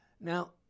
Now